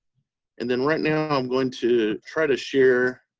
and then right now i'm going to try to share